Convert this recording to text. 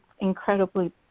incredibly